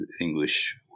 English